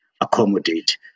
accommodate